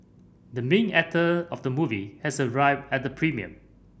the main actor of the movie has arrived at the premiere